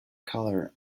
color